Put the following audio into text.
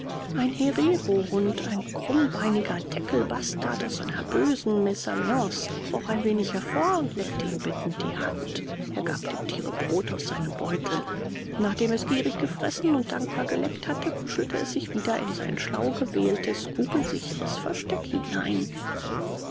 ein hererohund ein krummbeiniger teckelbastard aus einer bösen mesalliance kroch ein wenig hervor und leckte ihm bittend die hand er gab dem tiere brot aus seinem beutel nachdem es gierig gefressen und dankbar geleckt hatte kuschelte es sich wieder in sein schlau gewähltes kugelsichres versteck hinein